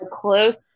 close